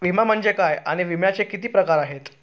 विमा म्हणजे काय आणि विम्याचे किती प्रकार आहेत?